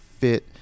fit